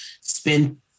spend